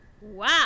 Wow